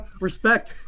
Respect